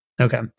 Okay